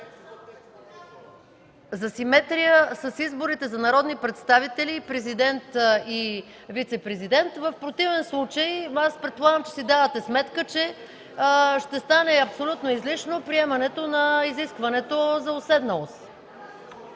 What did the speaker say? за симетрия с изборите за народни представители, президент и вицепрезидент, в противен случай предполагам, че си давате сметка, че ще стане абсолютно излишно приемането на изискването за уседналост.